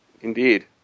Indeed